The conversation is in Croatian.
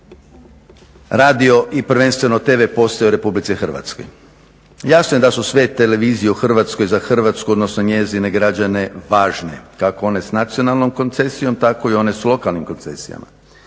radio i prvenstveno tv postaje u RH. Jasno je da su sve televizije u Hrvatskoj, za Hrvatsku odnosno njezine građane važne kako one s nacionalnom koncesijom tako i one s lokalnim koncesijama.